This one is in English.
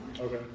Okay